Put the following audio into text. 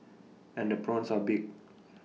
and the prawns are big